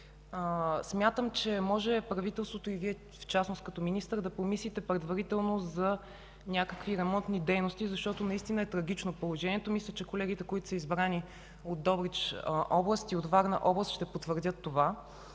смятам, че може правителството и Вие в частност като министър да помислите предварително за някакви ремонтни дейности, защото наистина е трагично положението. Мисля, че колегите като се избрани от Добрич област и от Варна област ще потвърдят това.